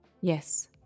Yes